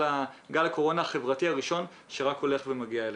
הקורונה החברתי הראשון שהולך ומגיע אלינו.